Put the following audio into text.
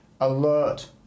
alert